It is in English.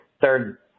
third